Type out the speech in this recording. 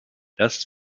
das